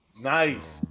Nice